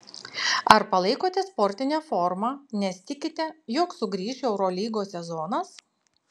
ar palaikote sportinę formą nes tikite jog sugrįš eurolygos sezonas